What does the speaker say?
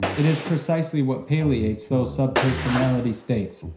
it is precisely what palliates those subpersonality states.